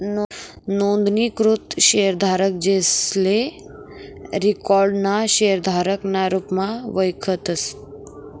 नोंदणीकृत शेयरधारक, जेसले रिकाॅर्ड ना शेयरधारक ना रुपमा वयखतस